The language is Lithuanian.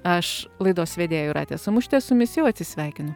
aš laidos vedėja jūratė samušytė su jumis jau atsisveikinu